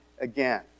again